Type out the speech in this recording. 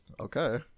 Okay